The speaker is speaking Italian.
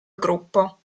gruppo